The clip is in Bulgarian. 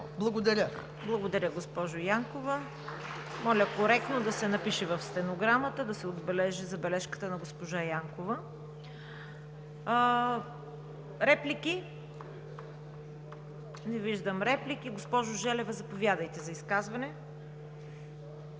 КАРАЯНЧЕВА: Благодаря, госпожо Янкова. Моля, коректно да се напише в стенограмата, да се отбележи забележката на госпожа Янкова. Реплики? Не виждам реплики. Госпожо Желева, заповядайте за изказване.